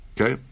Okay